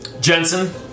Jensen